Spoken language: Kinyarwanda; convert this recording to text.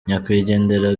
nyakwigendera